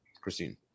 Christine